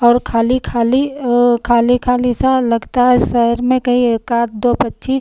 और खाली खाली और खाली खाली सा लगता है शहर में कहीं एक आध दो पक्षी